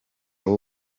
w’u